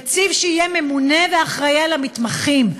נציב שיהיה ממונה ואחראי על המתמחים,